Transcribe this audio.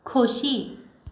खोशी